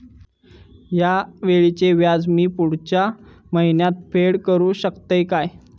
हया वेळीचे व्याज मी पुढच्या महिन्यात फेड करू शकतय काय?